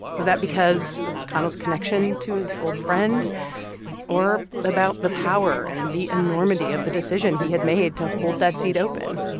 was that because of mcconnell's connection to his old friend or about the power and the enormity of the decision he had made to hold that seat open?